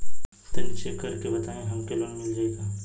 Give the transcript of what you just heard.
तनि चेक कर के बताई हम के लोन मिल जाई?